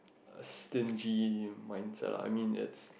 a stingy mindset lah I mean it's